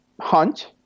hunch